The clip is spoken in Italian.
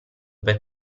per